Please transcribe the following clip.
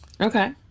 Okay